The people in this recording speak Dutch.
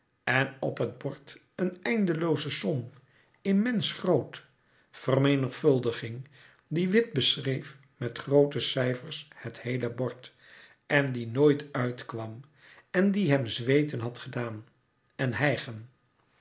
en op het bord een eindelooze som immens groot vermenigvuldiging die wit beschreef met groote cijfers het heele bord en die nooit uitkwam en die hem zweeten had gedaan en hijgen